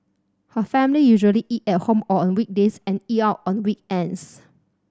her family usually eat at home on weekdays and eat out on weekends